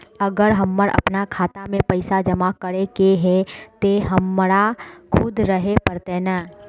अगर हमर अपना खाता में पैसा जमा करे के है ते हमरा खुद रहे पड़ते ने?